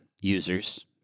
users